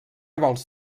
vols